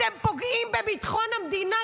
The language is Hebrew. אתם פוגעים בביטחון המדינה,